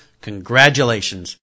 congratulations